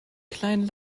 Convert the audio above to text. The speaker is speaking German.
kleinen